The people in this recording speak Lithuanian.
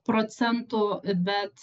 procentų bet